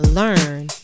learn